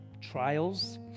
trials